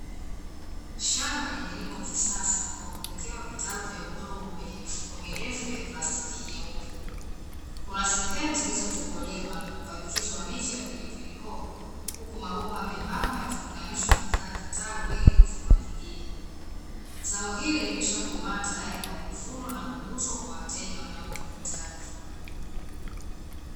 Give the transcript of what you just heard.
Shamba limelimwa kisasa kwa kuwekewa vitalu vya udongo kwenye mifuko mirefu ya plastiki nyeupe. Kuna sehemu zilizotobolewa na kupandikizwa miche ya pilipili hoho, huku mabomba membamba yakiunganishwa na jila kitalu ili kumwagilia. Zao hili limeshakomaa tayari kwa kuvunwa na kuuzwa kwa wateja wanaolihitaji.